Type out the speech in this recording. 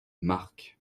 marc